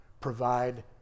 provide